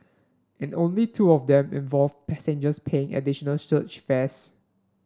and only two of them involved passengers paying additional surge fares